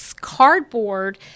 cardboard